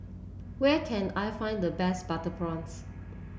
where can I find the best Butter Prawns